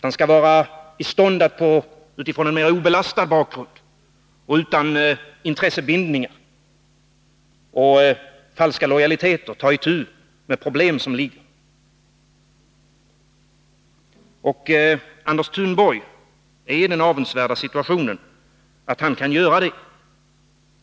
Han skall vara i stånd att utifrån en mer obelastad bakgrund och utan intressebindningar och falska lojaliteter ta itu med problemen. Anders Thunborg är i den avundsvärda situationen att han kan göra detta.